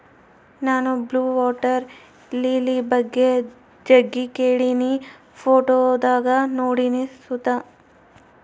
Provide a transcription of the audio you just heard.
ನಾನು blue water lily ಬಗ್ಗೆ ಜಗ್ಗಿ ಕೇಳಿನಿ, ಫೋಟೋದಾಗ ನೋಡಿನಿ ಸುತ